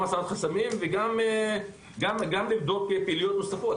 גם להסיר חסמים וגם לבדוק פעילויות נוספות.